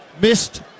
missed